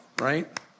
right